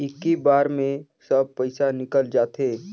इक्की बार मे सब पइसा निकल जाते?